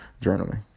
journaling